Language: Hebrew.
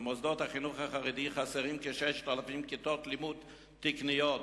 במוסדות החינוך החרדי חסרות כ-6,000 כיתות לימוד תקניות.